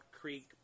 Creek